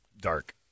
dark